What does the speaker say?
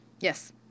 Yes